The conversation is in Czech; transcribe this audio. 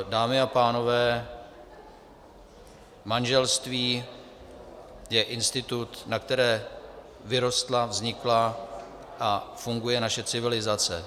Dámy a pánové, manželství je institut, na kterém vyrostla, vznikla a funguje naše civilizace.